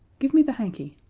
give me the hanky.